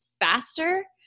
faster